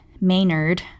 Maynard